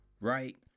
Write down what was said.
right